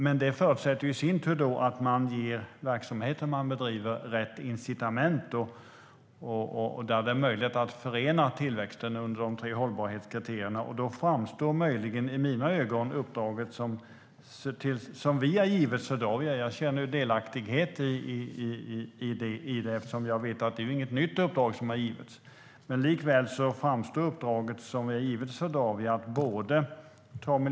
Men det förutsätter i sin tur att man ger verksamheten man bedriver rätt incitament där det är möjligt att förena tillväxten under de tre hållbarhetskriterierna. Då framstår i mina ögon uppdraget som vi har gett Swedavia att ta miljömässiga hänsyn och samtidigt vara synnerligen affärsmässigt avseende sin parkeringsverksamhet möjligen som svåruppfyllt.